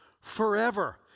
forever